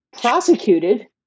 prosecuted